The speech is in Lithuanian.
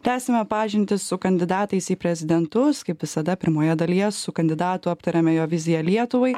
tęsiame pažintį su kandidatais į prezidentus kaip visada pirmoje dalyje su kandidatu aptariame jo viziją lietuvai